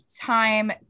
time